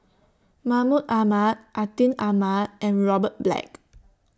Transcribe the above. Mahmud Ahmad Atin Amat and Robert Black